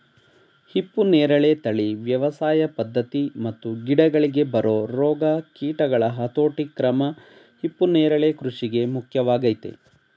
ಹಿಪ್ಪುನೇರಳೆ ತಳಿ ವ್ಯವಸಾಯ ಪದ್ಧತಿ ಮತ್ತು ಗಿಡಗಳಿಗೆ ಬರೊ ರೋಗ ಕೀಟಗಳ ಹತೋಟಿಕ್ರಮ ಹಿಪ್ಪುನರಳೆ ಕೃಷಿಗೆ ಮುಖ್ಯವಾಗಯ್ತೆ